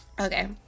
okay